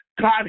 God